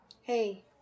hey